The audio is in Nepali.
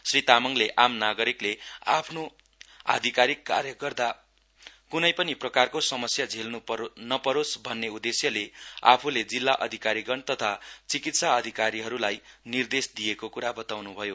श्री तामाङले आम नागरिकले आफ्नो आधिकारिक कार्य गर्दा क्नै पनि प्रकारको समस्य झेल्न् नपोरोस भन्ने उद्देश्यले आफूले जिल्ला अधिकारीगण तथा चिकित्सा अधिकारीगणलाई निर्देश दिएको कुरा बताउन् भयो